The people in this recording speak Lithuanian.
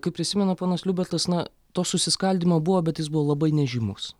kaip prisimena ponas liubartas na to susiskaldymo buvo bet jis buvo labai nežymus